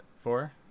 four